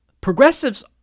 progressives